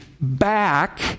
back